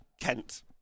kent